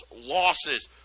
losses